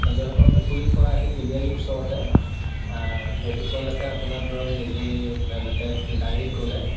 জয়সাগৰ পুখুৰীৰ পৰা আহি তিনিআলি ওচৰতে সেইটো পোৱালৈকে আপোনাৰ ধৰক নিজেই এনেকৈ গাড়ীত গ'লে